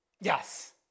Yes